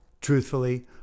Truthfully